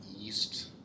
east